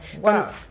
Wow